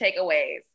takeaways